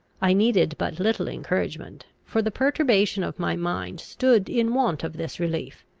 i needed but little encouragement for the perturbation of my mind stood in want of this relief.